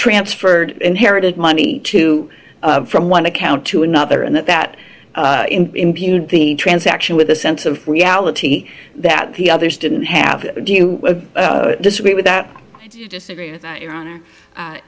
transferred inherited money to from one account to another and that the transaction with a sense of reality that the others didn't have do you disagree with that